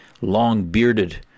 long-bearded